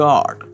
God